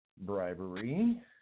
bribery